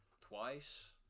twice